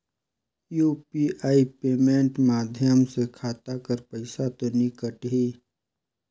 UPI payment माध्यम से खाता कर पइसा तो नी कटही?